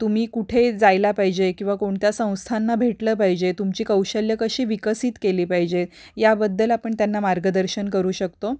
तुम्ही कुठे जायला पाहिजे किंवा कोणत्या संस्थांना भेटलं पाहिजे तुमची कौशल्य कशी विकसित केली पाहिजे याबद्दल आपण त्यांना मार्गदर्शन करू शकतो